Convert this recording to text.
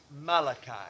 Malachi